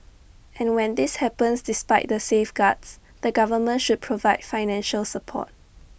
and when this happens despite the safeguards the government should provide financial support